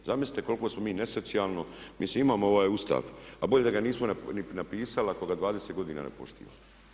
Zamislite koliko smo mi nesocijalno, mislim imamo ovaj Ustav, a bolje da ga nismo niti napisali ako ga 20 godina ne poštivamo.